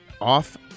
off